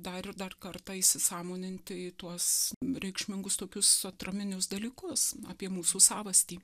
dar ir dar kartą įsisąmoninti tuos reikšmingus tokius atraminius dalykus apie mūsų savastį